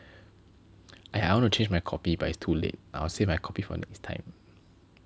!aiya! I wanna change my copy but it's too late I'll save my copy for next time